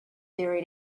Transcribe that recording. theory